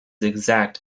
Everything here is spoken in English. exact